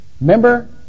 Remember